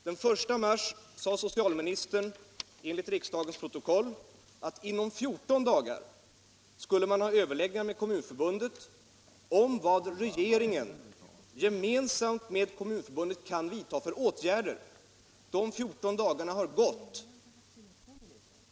Den 1 mars sade socialministern enligt riksdagens protokoll att inom fjorton dagar skulle man ha överläggningar med Kommunförbundet om vilka åtgärder regeringen gemensamt med Kommunförbundet skulle vidta. De fjorton dagarna har nu gått.